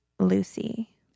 Lucy